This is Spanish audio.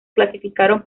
clasificaron